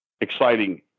exciting